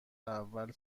اول